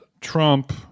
Trump